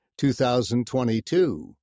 2022